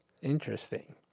interesting